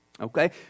Okay